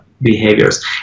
behaviors